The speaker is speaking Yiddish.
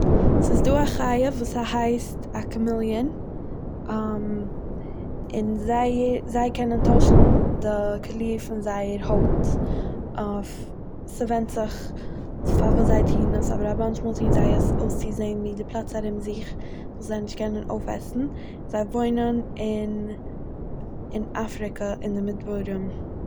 ס'איז דא א חי' וואס ס'הייסט א קאמיליען און זייער זיי קענען טוישן די קאליר פון זייער הויט אויף... ס'ווענדט זיך פארוואס זיי טוהן עס אבער א באנטש מאל טוהן זיי עס אויסצוזעהן אזוי ווי די פלאץ ארום זיך מ'זאל זיי נישט קענען אויפעסן, זיי וואוינען אין אפריקא אין די מדברים.